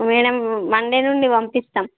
madam Monday నుండి పంపిస్తాం